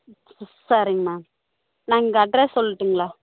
சரிங்க மேம் நாங்கள் அட்ரெஸ் சொல்லட்டுங்களா